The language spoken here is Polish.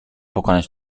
pokonać